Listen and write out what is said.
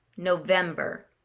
November